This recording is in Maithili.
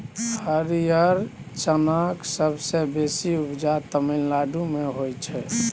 हरियर चनाक सबसँ बेसी उपजा तमिलनाडु मे होइ छै